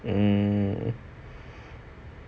mm